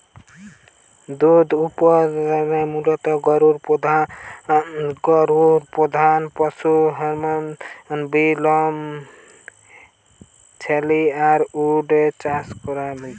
দুধ উতপাদনে মুলত গরু প্রধান পশু হ্যানে বি মশ, ছেলি আর উট এর চাষ বি হয়